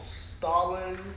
Stalin